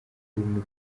bimwe